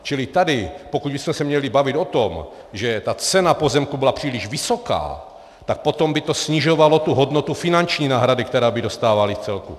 Čili tady, pokud bychom se měli bavit o tom, že ta cena pozemků byla příliš vysoká, tak potom by to snižovalo hodnotu finanční náhradu, kterou by dostávali v celku.